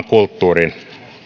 kulttuuriin